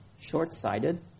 short-sighted